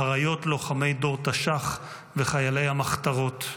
אריות לוחמי דור תש"ח וחיילי המחתרות.